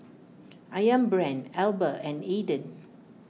Ayam Brand Alba and Aden